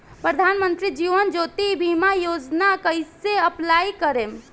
प्रधानमंत्री जीवन ज्योति बीमा योजना कैसे अप्लाई करेम?